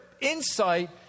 insight